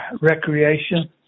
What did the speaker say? recreation